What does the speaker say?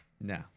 No